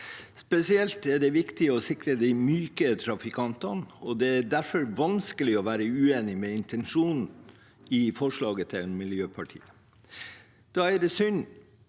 spesielt viktig å sikre de myke trafikantene, og det er derfor vanskelig å være uenig i intensjonen i forslaget fra Miljøpartiet De Grønne. Da er det synd